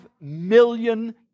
million